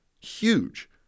Huge